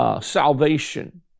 salvation